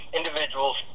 individuals